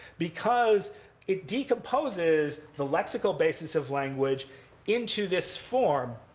because it decomposes the lexical basis of language into this form.